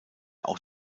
auch